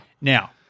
Now